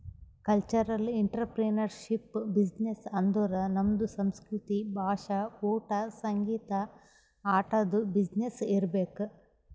cultural entrepreneurship business ಅಂದುರ್ ನಮ್ದು ಸಂಸ್ಕೃತಿ, ಭಾಷಾ, ಊಟಾ, ಸಂಗೀತ, ಆಟದು ಬಿಸಿನ್ನೆಸ್ ಇರ್ಬೇಕ್